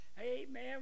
Amen